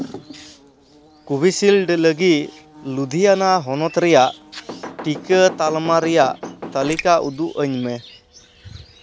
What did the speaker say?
Covishield ᱞᱟᱹᱜᱤᱫ ᱞᱩᱫᱷᱤᱭᱟᱱᱟ ᱦᱚᱱᱚᱛ ᱨᱮᱭᱟᱜ ᱴᱤᱠᱟᱹ ᱛᱟᱞᱢᱟ ᱨᱮᱭᱟᱜ ᱛᱟᱹᱞᱤᱠᱟ ᱩᱫᱩᱜ ᱟᱹᱧᱢᱮ